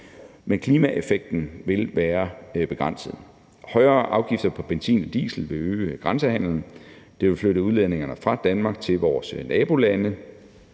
men klimaeffekten vil være begrænset. Højere afgifter på benzin og diesel vil øge grænsehandelen, det vil flytte udledninger fra Danmark til vores nabolande,